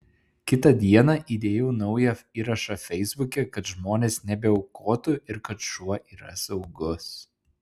kitą dieną įdėjau naują įrašą feisbuke kad žmonės nebeaukotų ir kad šuo yra saugus